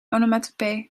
onomatopee